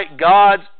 God's